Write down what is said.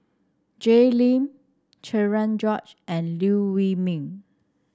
Jay Lim Cherian George and Liew Wee Mee